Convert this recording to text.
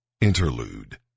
Interlude